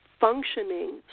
functioning